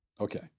Okay